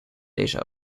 deze